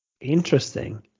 interesting